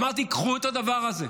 אמרתי: קחו את הדבר הזה.